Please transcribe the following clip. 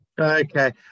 Okay